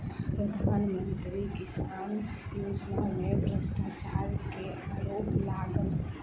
प्रधान मंत्री किसान योजना में भ्रष्टाचार के आरोप लागल